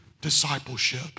discipleship